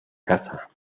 casa